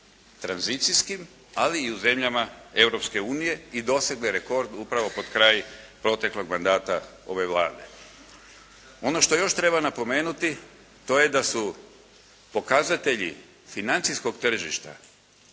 tranzicijskim ali i u zemljama Europske unije i dosegle rekord upravo pred kraj proteklog mandata ove Vlade. Ono što još treba napomenuti to je da su pokazatelji financijskog tržišta,